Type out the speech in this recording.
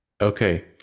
okay